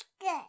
good